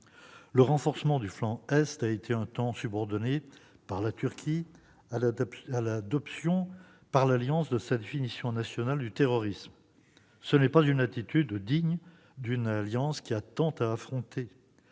Le renforcement du flanc Est a été un temps subordonné par la Turquie à l'adoption par l'OTAN de sa définition nationale du terrorisme. Ce n'est pas une attitude digne d'une alliance qui a tant à affronter.